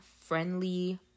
friendly